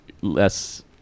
less